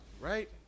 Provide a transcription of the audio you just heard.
right